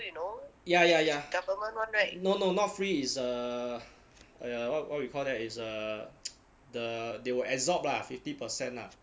ya ya ya no no not free is err err what what you call that is uh the they will absorb ah fifty percent lah